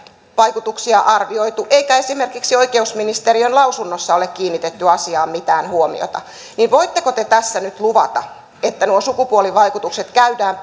vaikutuksia arvioitu eikä esimerkiksi oikeusministeriön lausunnossa ole kiinnitetty asiaan mitään huomiota niin voitteko te tässä nyt luvata että nuo sukupuolivaikutukset käydään